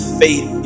faith